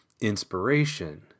inspiration